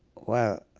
well,